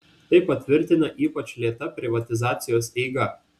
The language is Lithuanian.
tai patvirtina ypač lėta privatizacijos eiga